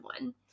one